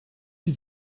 die